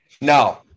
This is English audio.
No